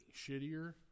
shittier